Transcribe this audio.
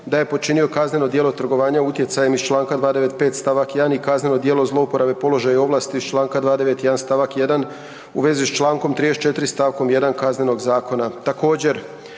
da je počinio kazneno djelo trgovanja utjecajem iz čl. 295. st. 1. i kazneno djelo zlouporabe položaja i ovlasti i čl. 291. st. 1. u vezi s čl. 34. st. 1. Kaznenog zakona.